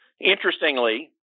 Interestingly